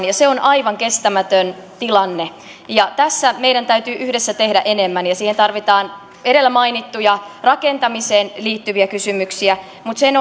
ja se on aivan kestämätön tilanne tässä meidän täytyy yhdessä tehdä enemmän ja siihen tarvitaan edellä mainittuja rakentamiseen liittyviä kysymyksiä mutta sen